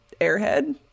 airhead